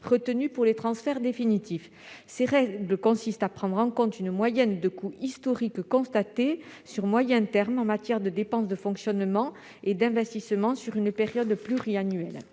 retenues pour les transferts définitifs. Ces règles consistent à prendre en compte la moyenne les coûts historiques constatés, en matière de dépenses de fonctionnement et d'investissement, sur une période pluriannuelle.